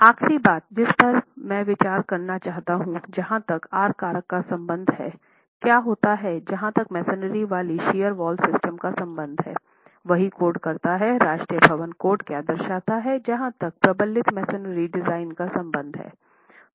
आखिरी बात जिस पर मैं विचार करना चाहता हूं जहां तक आर कारकों का संबंध है क्या होता है जहां तक मैसनरी वाली शियर वॉल सिस्टम का संबंध है वही कोड करता है राष्ट्रीय भवन कोड क्या दर्शाता हैं जहाँ तक प्रबलित मैसनरी डिजाइन का संबंध है